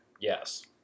Yes